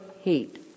heat